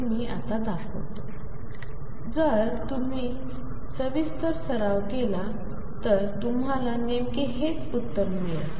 हे मी आता दाखवतो जरी तुम्ही सविस्तर सराव केला तर तुम्हाला नेमके हेच उत्तर मिळेल